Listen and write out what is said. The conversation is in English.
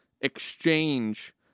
exchange